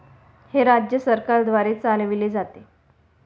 हे राज्य सरकारद्वारे चालविले जाते